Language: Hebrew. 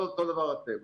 אותו דבר אתם.